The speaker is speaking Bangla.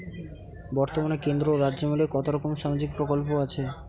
বতর্মানে কেন্দ্র ও রাজ্য মিলিয়ে কতরকম সামাজিক প্রকল্প আছে?